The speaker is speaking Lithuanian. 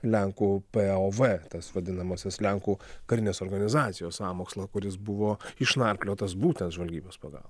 lenkų pov tas vadinamasis lenkų karinės organizacijos sąmokslą kuris buvo išnarpliotas būtent žvalgybos pagalba